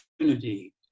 opportunity